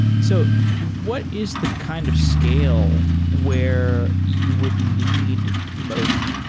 so what is the kind of scale where you would need modin?